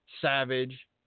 savage